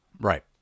Right